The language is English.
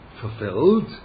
Fulfilled